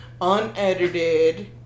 unedited